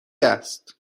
است